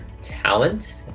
talent